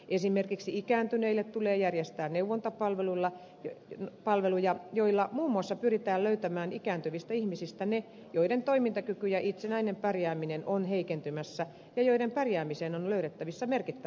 esimerkiksi ikääntyneille tulee järjestää neuvontapalveluja joilla muun muassa pyritään löytämään ikääntyvistä ihmisistä ne joiden toimintakyky ja itsenäinen pärjääminen on heikentymässä ja joiden pärjäämiseen on löydettävissä merkittävää apua